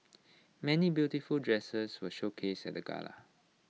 many beautiful dresses were showcased at the gala